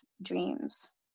Dreams